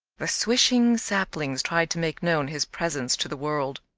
the swishing saplings tried to make known his presence to the world.